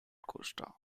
costa